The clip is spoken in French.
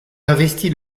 investi